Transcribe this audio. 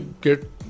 get